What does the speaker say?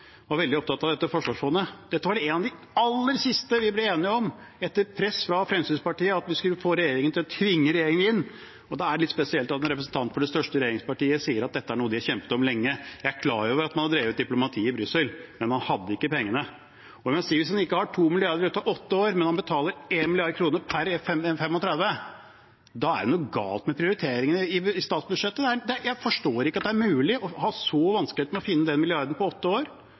var veldig opptatt av dette forsvarsfondet. Dette var noe av det aller siste vi ble enige om, etter press fra Fremskrittspartiet, at vi skulle tvinge regjeringen inn. Da er det litt spesielt at en representant for det største regjeringspartiet sier at dette er noe de har kjempet for lenge. Jeg er klar over at man har drevet med diplomati i Brussel, men man hadde ikke pengene. Og jeg må si at hvis man ikke har 2 mrd. kr etter åtte år når man betaler 1 mrd. kr per F-35, da er det noe galt med prioriteringene i statsbudsjettet. Jeg forstår ikke at det er mulig å ha så store vanskeligheter med å finne de to milliardene på åtte år